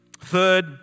Third